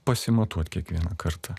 pasimatuot kiekvieną kartą